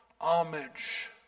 Homage